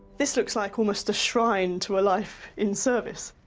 this looks like almost a shrine to a life in service.